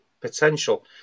potential